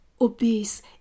obese